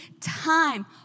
time